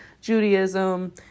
Judaism